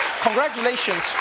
congratulations